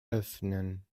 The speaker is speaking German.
öffnen